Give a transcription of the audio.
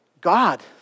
God